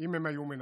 אם הם היו מנצחים.